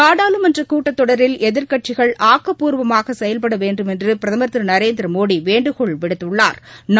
நாடாளுமன்ற கூட்டத்தொடரில் எதிர்க்கட்சிகள் செயல்பட ஆக்கப்பூர்வமாக வேண்டுமென்று பிரதமா் திரு நரேந்திரமோடி வேண்டுகோள் விடுத்துள்ளாா்